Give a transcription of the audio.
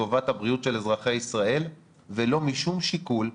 לטובת הבריאות של אזרחי ישראל ולא משום שיקול אחר.